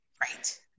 Right